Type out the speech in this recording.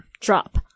drop